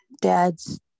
dad's